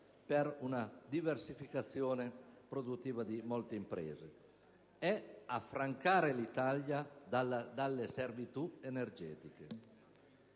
per una diversificazione produttiva di molte imprese: questo è affrancare l'Italia dalle servitù energetiche,